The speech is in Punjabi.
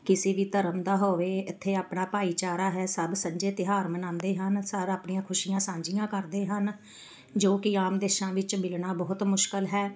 ਕਿਸੇ ਵੀ ਧਰਮ ਦਾ ਹੋਵੇ ਇੱਥੇ ਆਪਣਾ ਭਾਈਚਾਰਾ ਹੈ ਸਭ ਸਾਂਝੇ ਤਿਉਹਾਰ ਮਨਾਉਂਦੇ ਹਨ ਸਾਰਾ ਆਪਣੀਆਂ ਖੁਸ਼ੀਆਂ ਸਾਂਝੀਆਂ ਕਰਦੇ ਹਨ ਜੋ ਕਿ ਆਮ ਦੇਸ਼ਾਂ ਵਿੱਚ ਮਿਲਣਾ ਬਹੁਤ ਮੁਸ਼ਕਿਲ ਹੈ